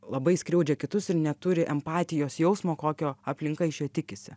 labai skriaudžia kitus ir neturi empatijos jausmo kokio aplinka iš jo tikisi